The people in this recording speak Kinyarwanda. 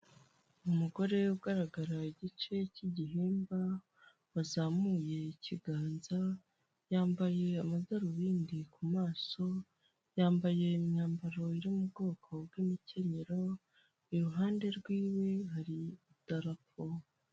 Umugore ugaragara igice cy'igihimba, wazamuye ikiganza yambaye amadarubindi ku maso, yambaye imyambaro yo mu bwoko bw'imikenyero, iruhande rwiwe hari idarapo.